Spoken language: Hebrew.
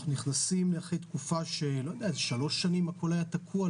אנחנו נכנסים אחרי תקופה ששלוש שנים הכל היה תקוע,